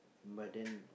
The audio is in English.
but then